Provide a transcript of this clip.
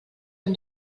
hem